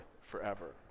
forever